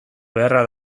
beharra